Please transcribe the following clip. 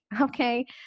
okay